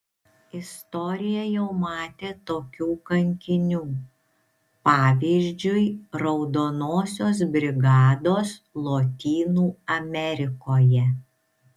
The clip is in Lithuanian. istorija jau matė tokių kankinių pavyzdžiui raudonosios brigados lotynų amerikoje